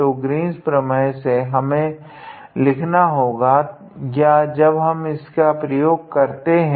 तो ग्रीन्स प्रमेय से हमें लिखना होगा या जब हम इसका प्रयोग करते है